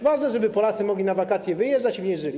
Ważne, żeby Polacy mogli na wakacje wyjeżdżać i wyjeżdżali.